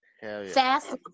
Fast